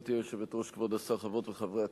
גברתי היושבת-ראש, כבוד השר, חברות וחברי הכנסת,